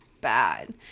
bad